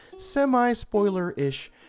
Semi-spoiler-ish